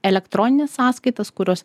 elektronines sąskaitas kurios